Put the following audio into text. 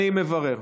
אני מברר,